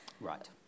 Right